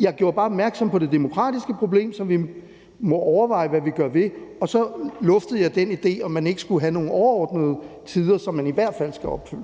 Jeg gjorde bare opmærksom på det demokratiske problem, som vi må overveje hvad vi gør ved, og så luftede jeg den idé, om man ikke skulle have nogle overordnede tider, som man i hvert fald skal opfylde.